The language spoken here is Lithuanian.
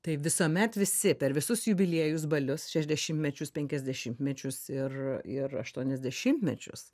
tai visuomet visi per visus jubiliejus balius šešiasdešimtmečius penkiasdešimtmečius ir ir aštuoniasdešimtmečius